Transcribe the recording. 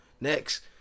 Next